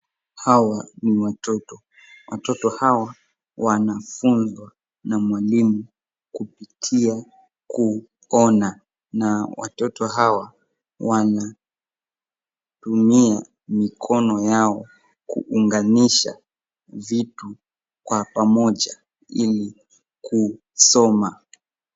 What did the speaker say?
Hawa ni watoto, watoto hawa wanafunzwa na mwalimu kupitia kuona na watoto hawa wanatumia mikono yao kuunganisha vitu kwa pamoja ili kusoma.